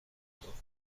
خواهم